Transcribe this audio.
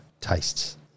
tastes